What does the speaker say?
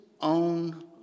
own